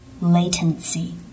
Latency